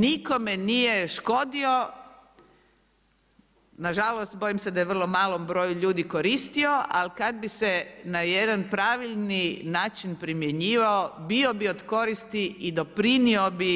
Nikome nije škodio, nažalost bojim se da je vrlo malom broju ljudi koristio ali kada bi se na jedan pravilni način primjenjivao bio bi od koristi i donijelo bi